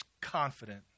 confident